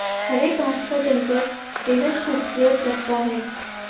हरे बांस का जंगल बेहद खूबसूरत लगता है